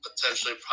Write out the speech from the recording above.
potentially